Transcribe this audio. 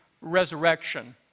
resurrection